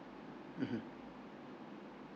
mmhmm